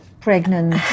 pregnant